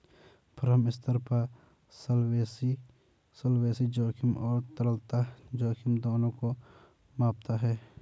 firm स्तर पर solvency जोखिम और तरलता जोखिम दोनों को मापता है